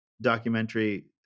documentary